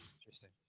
Interesting